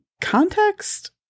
context